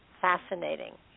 fascinating